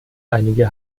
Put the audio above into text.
einige